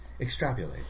extrapolate